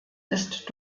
ist